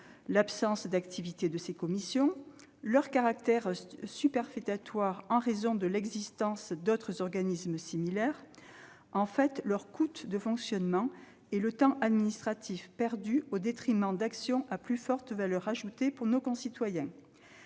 l'absence d'activité de ces commissions, leur caractère superfétatoire en raison de l'existence d'autres organismes similaires, enfin leur coût de fonctionnement et la perte de temps administratif au détriment d'actions à plus forte valeur ajoutée pour nos concitoyens.